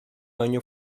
año